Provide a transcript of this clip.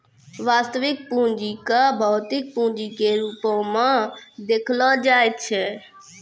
वास्तविक पूंजी क भौतिक पूंजी के रूपो म देखलो जाय छै